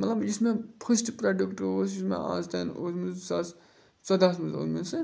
مطلب یُس مےٚ فٔسٹ پرٛوڈَکٹ اوس یُس مےٚ اَز تانۍ اوس مےٚ زٕ ساس ژۄدٕہَس منٛز اوٚن مےٚ سُہ